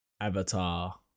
avatar